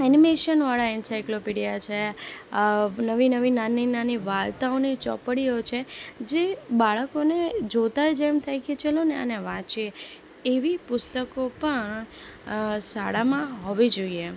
એનિમેશનવાળા encyclopedia છે નવી નવી નાની નાની વાર્તાઓની ચોપડીઓ છે જે બાળકોને જોતા જ એમ થાય કે ચાલોને આને વાંચીએ એવી પુસ્તકો પણ શાળામાં હોવી જોઈએ